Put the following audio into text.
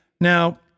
Now